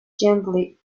gently